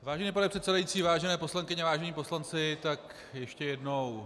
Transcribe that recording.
Vážený pane předsedající, vážené poslankyně, vážení poslanci, tak ještě jednou.